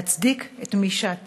להצדיק את מי שאתה.